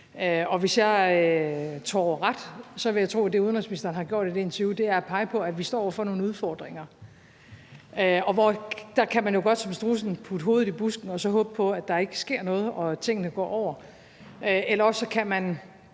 og hvis jeg tror ret, så er det, udenrigsministeren har gjort i det interview, er at pege på, at vi står over for nogle udfordringer. Og der kan man jo godt som strudsen stikke hovedet i busken og så håbe på, at der ikke sker noget, og at tingene går over, eller også kan man